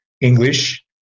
English